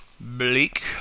bleak